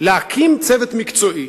להקים צוות מקצועי,